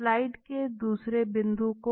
slide के दूसरे बिंदु को